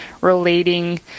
relating